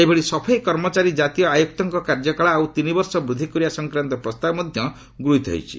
ସେହିଭଳି ସଫେଇ କର୍ମଚାରୀ ଜାତୀୟ ଆୟୁକ୍ତଙ୍କ କାର୍ଯ୍ୟକାଳ ଆଉ ତିନିବର୍ଷ ବୃଦ୍ଧି କରିବା ସଂକ୍ରାନ୍ତ ପ୍ରସ୍ତାବ ଗୃହୀତ ହୋଇଛି